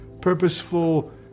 purposeful